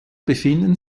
befinden